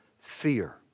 Fear